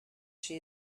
she